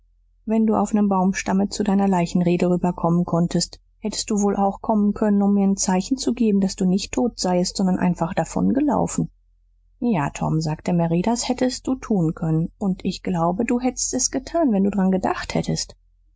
wenn du auf nem baumstamme zu deiner leichenrede rüberkommen konntest hättst du wohl auch kommen können um mir n zeichen zu geben daß du nicht tot seiest sondern einfach davongelaufen ja tom sagte mary das hättst du tun können und ich glaube du hätt'st es getan wenn du dran gedacht hättest